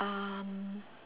um